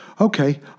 okay